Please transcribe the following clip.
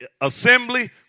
assembly